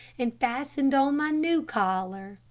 and fastened on my new collar,